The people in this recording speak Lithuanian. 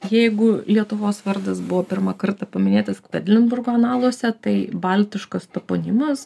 jeigu lietuvos vardas buvo pirmą kartą paminėtas kvedlinburgo analuose tai baltiškas toponimas